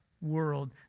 world